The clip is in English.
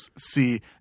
see